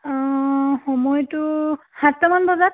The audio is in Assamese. সময়টো সাতটামান বজাত